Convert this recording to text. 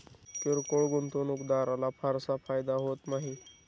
किरकोळ गुंतवणूकदाराला फारसा फायदा होत नाही